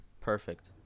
perfect